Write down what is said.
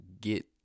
get